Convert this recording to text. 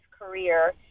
career